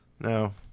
No